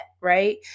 right